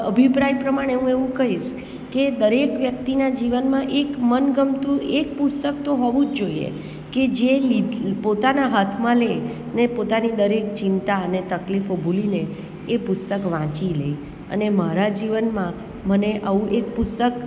અભિપ્રાય પ્રમાણે હું એવું કહીશ કે દરેક વ્યક્તિના જીવનમાં એક મનગમતું એક પુસ્તક તો હોવું જ જોઈએ કે જે હિદ પોતાના હાથમાં લે ને પોતાની દરેક ચિંતા અને તકલીફો ભૂલીને એ પુસ્તક વાંચી લે અને મારા જીવનમાં મને આવું એક પુસ્તક